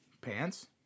Pants